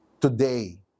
today